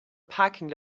parking